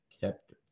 kept